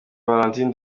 valentine